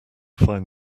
find